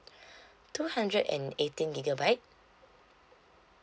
two hundred and eighteen gigabyte